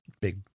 big